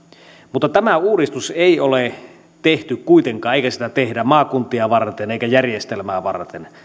mutta tämä uudistus ei kuitenkaan ole tehty eikä sitä tehdä maakuntia varten eikä järjestelmää varten